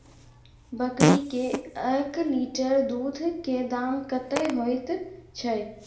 बकरी के एक लीटर दूध के दाम कतेक होय छै?